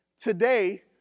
today